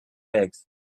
eggs